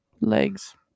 Legs